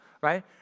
right